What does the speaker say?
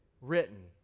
Written